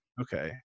Okay